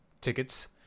tickets